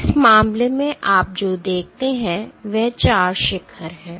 इस मामले में आप जो देखते हैं वह 4 शिखर हैं